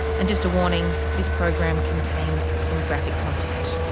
and just a warning, this program contains some graphic content.